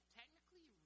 technically